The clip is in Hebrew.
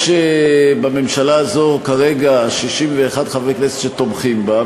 יש בממשלה הזאת כרגע 61 חברי כנסת שתומכים בה,